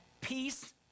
peace